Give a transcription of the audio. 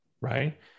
right